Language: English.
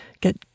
get